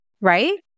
Right